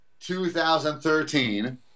2013